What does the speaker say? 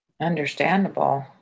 Understandable